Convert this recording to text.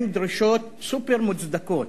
הן דרישות סופר-מוצדקות.